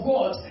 God